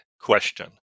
question